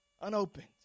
unopened